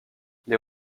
les